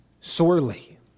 Sorely